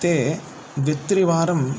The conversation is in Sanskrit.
ते द्वित्रिवारं